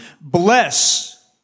bless